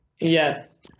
Yes